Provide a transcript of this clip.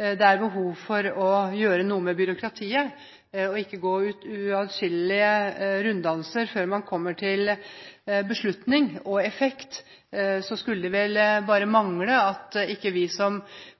det er behov for å gjøre noe med byråkratiet – og ikke gå atskillige runddanser før man kommer til beslutning og effekt – skulle det bare mangle at ikke vi som